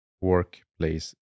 workplace